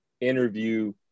interview